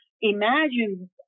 imagine